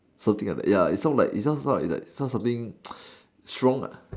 something like that ya it sounds like it sounds not it's not something strong lah